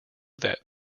that